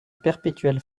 perpétuel